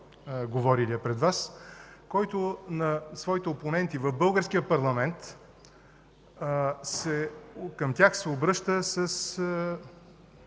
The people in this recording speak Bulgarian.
който към своите опоненти в българския парламент се обръща с